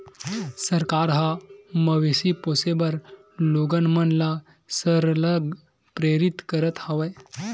सरकार ह मवेशी पोसे बर लोगन मन ल सरलग प्रेरित करत हवय